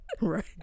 Right